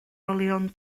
olion